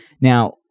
Now